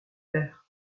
terre